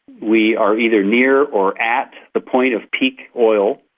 we are either near or at the point of peak oil,